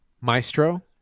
Maestro